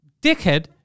dickhead